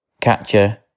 Catcher